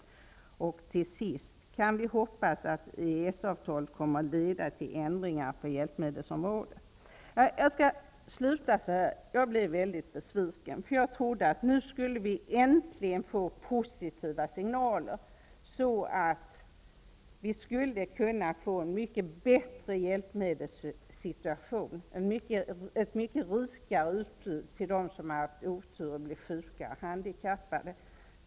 Kan vi hoppas att EES-avtalet kommer att leda till ändringar på hjälpmedelsområdet? Jag blev väldigt besviken. Jag trodde att vi nu äntligen skulle få positiva signaler så att vi skulle kunna få en mycket bättre hjälpmedelsituation med ett mycket rikare utbud för dem som har haft oturen att bli sjuka och handikappade.